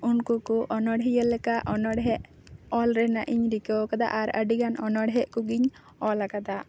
ᱩᱱᱠᱩ ᱠᱚ ᱚᱱᱚᱬᱦᱤᱭᱟᱹ ᱞᱮᱠᱟ ᱚᱱᱚᱬᱦᱮ ᱚᱞ ᱨᱮᱱᱟᱜ ᱤᱧ ᱨᱤᱠᱟᱹᱣ ᱠᱟᱫᱟ ᱟᱨ ᱟᱹᱰᱤᱜᱟᱱ ᱚᱱᱚᱲᱦᱮ ᱠᱚᱜᱮᱧ ᱚᱞ ᱠᱟᱫᱟ